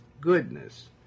goodness